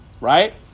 right